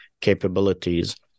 capabilities